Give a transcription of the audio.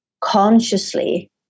consciously